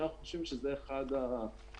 אנחנו חושבים שזה אחד האתגרים,